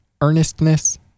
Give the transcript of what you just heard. earnestness